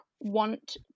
want